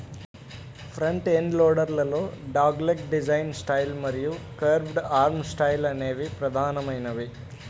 front end loader లలో dogleg design style మరియు curved arm style అనేవి ప్రధానమైనవి